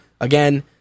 Again